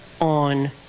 on